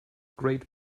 great